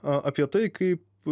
apie tai kaip